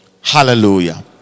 Hallelujah